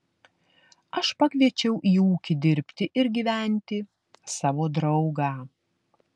aš pakviečiau į ūkį dirbti ir gyventi savo draugą